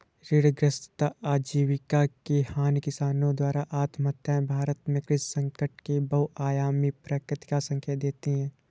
ऋणग्रस्तता आजीविका की हानि किसानों द्वारा आत्महत्याएं भारत में कृषि संकट की बहुआयामी प्रकृति का संकेत देती है